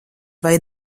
vai